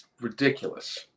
ridiculous